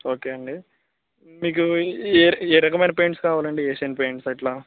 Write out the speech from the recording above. okay అండి మీకు ఏ ఏ రకమైన పెయింట్స్ కావాలండి ఏషియన్ పెయింట్స్ అట్లా